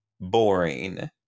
boring